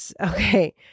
okay